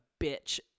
bitch